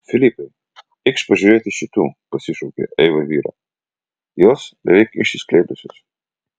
filipai eikš pažiūrėti šitų pasišaukė eiva vyrą jos beveik išsiskleidusios